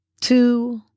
two